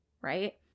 right